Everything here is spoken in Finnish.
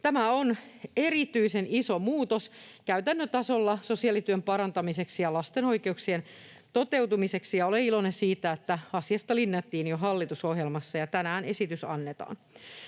Tämä on erityisen iso muutos käytännön tasolla sosiaalityön parantamiseksi ja lasten oikeuksien toteutumiseksi. Olen iloinen siitä, että asiasta linjattiin jo hallitusohjelmassa, ja tänään esitys annetaan.